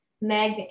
Meg